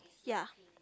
ya